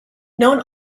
known